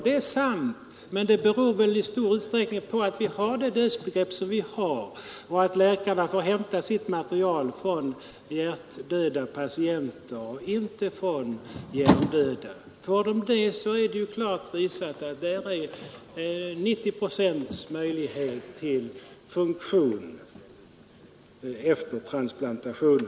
Det är sant, men det beror väl i stor utsträckning på att vi har just det dödsbegrepp vi har och att kirurgerna får hämta sitt material enbart från hjärtdöda patienter och inte från hjärndöda. Om de finge det senare, är det klart visat att 90 procents möjligheter föreligger till god funktion vad beträffar njurtransplantation.